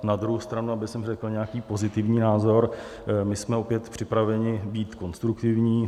Na druhou stranu, abych řekl nějaký pozitivní názor: my jsme opět připraveni být konstruktivní.